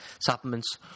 supplements